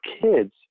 kids